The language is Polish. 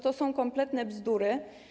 To są kompletne bzdury.